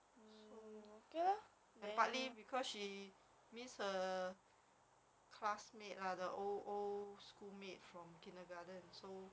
so ya lor and partly because she means a classmate lah the old old schoolmate from kindergarten so